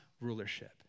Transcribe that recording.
rulership